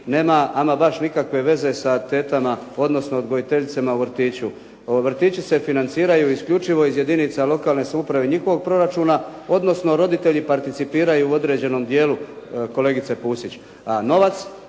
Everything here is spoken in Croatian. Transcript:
nema ama baš nikakve veze sa tetama, odnosno odgojiteljicama u vrtiću. Vrtići se financiraju isključivo iz jedinica lokalne samouprave i njihovog proračuna, odnosno roditelji participiraju u određenom dijelu kolegice Pusić.